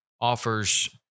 Offers